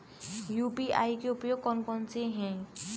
UPI के उपयोग कौन कौन से हैं?